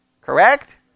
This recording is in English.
Correct